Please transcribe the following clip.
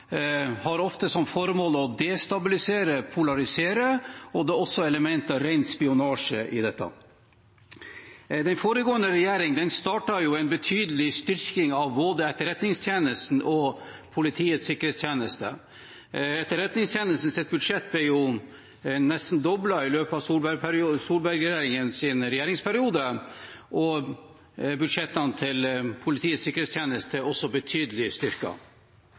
har ofte som formål å destabilisere og polarisere, og det er også elementer av ren spionasje i det. Den foregående regjeringen startet en betydelig styrking av både Etterretningstjenesten og Politiets sikkerhetstjeneste. Etterretningstjenestens budsjett ble nesten doblet i løpet av Solberg-regjeringens regjeringsperiode, og budsjettene til Politiets sikkerhetstjeneste er også betydelig